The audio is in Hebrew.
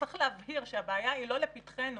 וצריך להבהיר שהבעיה היא לא לפתחנו,